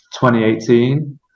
2018